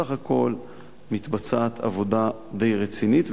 בסך הכול מתבצעת עבודה די רצינית.